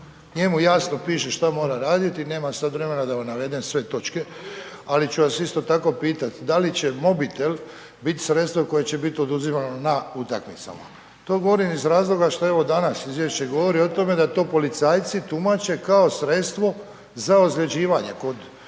Njemu jasno piše šta mora raditi, nemam sad vremena da navedem sve točke ali ću vas isto tako pitat, da li će mobitel bit sredstvo koje će biti oduzimano na utakmicama? To govorim iz razloga što evo danas izvješće govori o tome da to policajci tumače kao sredstvo za ozljeđivanje kod uhićenja